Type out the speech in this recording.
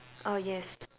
err yes